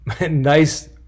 nice